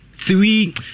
Three